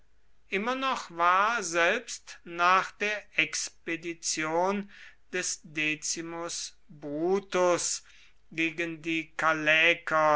immer noch war selbst nach der expedition des decimus brutus gegen die